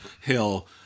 Hill